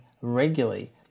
regularly